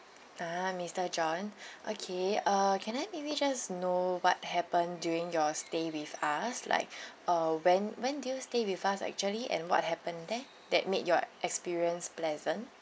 ah mister john okay uh can I maybe just know what happened during your stay with us like uh when when did you stay with us actually and what happened there that made your experience pleasant